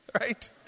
right